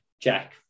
Jack